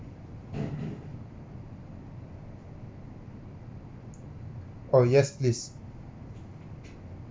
oh yes please